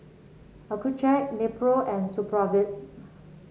Accucheck Nepro and Supravit